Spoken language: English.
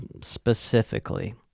specifically